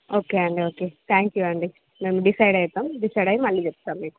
okay అండి okay thank you అండి మేము డిసైడ్ అవుతాం డిసైడై మళ్ళీ చెప్తాం మీకు